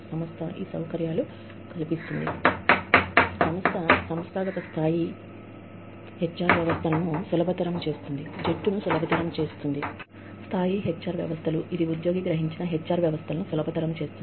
సంస్థ సంస్థ స్థాయి హెచ్ఆర్ వ్యవస్థలను జట్టు స్థాయి హెచ్ఆర్ వ్యవస్థలను సులభతరం చేస్తుంది ఇది ఉద్యోగి గ్రహించిన హెచ్ఆర్ వ్యవస్థలను సులభతరం చేస్తుంది